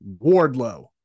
Wardlow